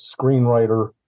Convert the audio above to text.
screenwriter